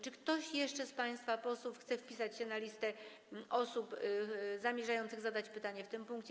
Czy ktoś jeszcze z państwa posłów chce wpisać się na listę osób zamierzających zadać pytanie w tym punkcie?